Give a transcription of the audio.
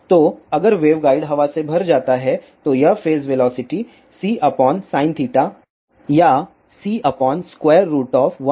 तो अगर वेवगाइड हवा से भर जाता है तो यह फेज वेलोसिटी csin या c1 fcf2होगा